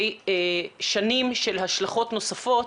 בכך שנדרשת מסגרת נפרדת,